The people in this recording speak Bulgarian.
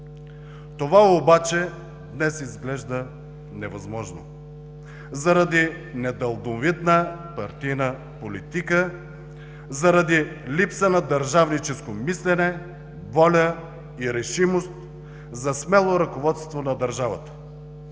Това обаче днес изглежда невъзможно заради недалновидна партийна политика, заради липса на държавническо мислене, воля и решимост за смело ръководство на държавата.